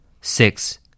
Six